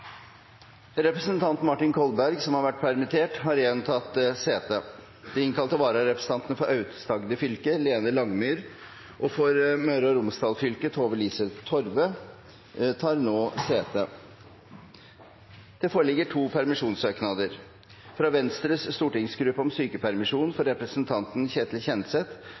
Representanten Martin Kolberg , som har vært permittert, har igjen tatt sete. De innkalte vararepresentantene for Aust-Agder fylke Lene Langemyr og for Møre og Romsdal fylke Tove-Lise Torve tar nå sete. Det foreligger to permisjonssøknader: fra Venstres stortingsgruppe om sykepermisjon for representanten Ketil Kjenseth